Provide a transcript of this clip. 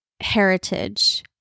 heritage